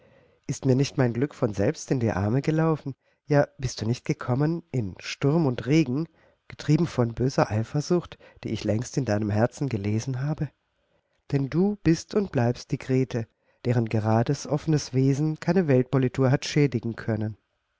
ist mir nicht mein glück von selbst in die arme gelaufen ja bist du nicht gekommen in sturm und regen getrieben von böser eifersucht die ich längst in deinem herzen gelesen habe denn du bist und bleibst die grete deren gerades offenes wesen keine weltpolitur hat schädigen können